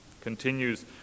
Continues